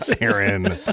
Aaron